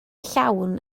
llawn